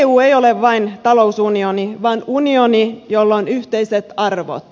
eu ei ole vain talousunioni vaan unioni jolla on yhteiset arvot